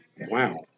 Wow